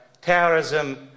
terrorism